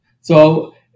So-